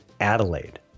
Adelaide